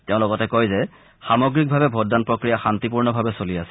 তেওঁ লগতে কয় যে সামগ্ৰিকভাৱে ভোটদান প্ৰক্ৰিয়া শান্তিপূৰ্ণভাৱে চলি আছে